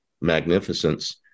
magnificence